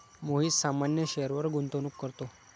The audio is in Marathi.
मोहित सामान्य शेअरवर गुंतवणूक करतो